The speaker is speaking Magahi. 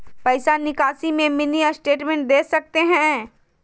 पैसा निकासी में मिनी स्टेटमेंट दे सकते हैं?